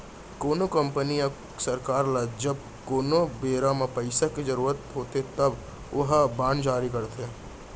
कोनो कंपनी या सरकार ल जब कोनो बेरा म पइसा के जरुरत होथे तब ओहा बांड जारी करथे